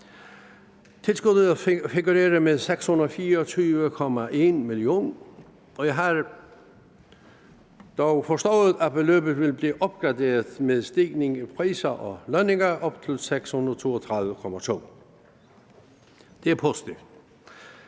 Tilskuddet figurerer med 624,1 mio. kr., og jeg har forstået, at beløbet dog vil blive opgraderet med stigning i priser og lønninger, så det kommer op